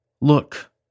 Look